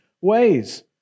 ways